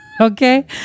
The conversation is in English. okay